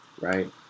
right